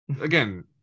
again